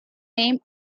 name